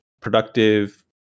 productive